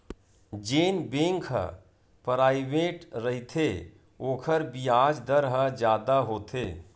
जेन बेंक ह पराइवेंट रहिथे ओखर बियाज दर ह जादा होथे